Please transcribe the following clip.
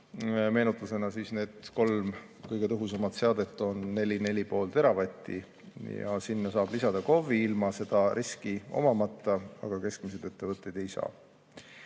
Meenutusena: need kolm kõige tõhusamat seadet on 4–4,5 teravatti ja sinna saab lisada KOV‑id ilma selle riskita, aga keskmisi ettevõtteid lisada